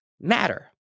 matter